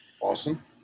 awesome